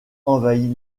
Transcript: envahit